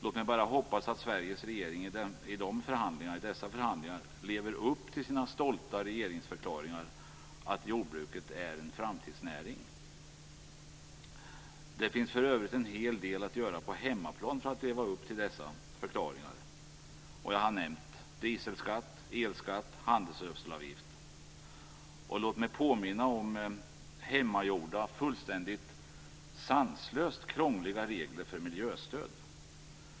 Låt mig bara hoppas att Sveriges regering i dessa förhandlingar lever upp till sina stolta regeringsförklaringar att jordbruket är en framtidsnäring. Det finns för övrigt en hel del att göra på hemmaplan för att leva upp till dessa förklaringar. Jag har nämnt dieselskatt, elskatt, handelsgödselavgift, och låt mig påminna om hemmagjorda, fullständigt sanslöst krångliga regler för miljöstöd.